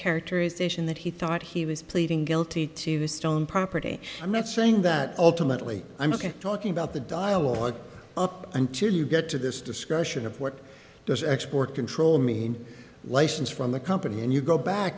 characterization that he thought he was pleading guilty to stolen property i'm not saying that ultimately i'm ok talking about the dialogue up until you get to this discussion of what does export control mean license from the company and you go back